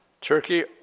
Turkey